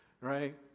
Right